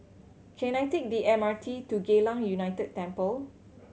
can I take the M R T to Geylang United Temple